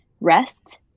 rest